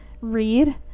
read